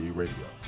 radio